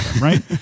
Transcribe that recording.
Right